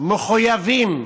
מחויבים